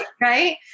Right